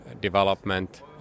development